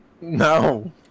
no